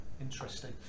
interesting